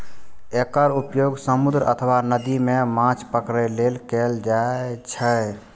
एकर उपयोग समुद्र अथवा नदी मे माछ पकड़ै लेल कैल जाइ छै